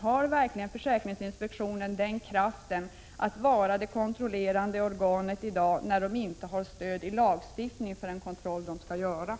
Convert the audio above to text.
Har verkligen försäkringsinspektionen för närvarande en sådan kraft att den kan vara det kontrollerande organet, när det inte finns stöd i lagstiftningen för den kontroll som skall göras?